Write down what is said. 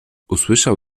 usłyszał